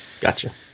Gotcha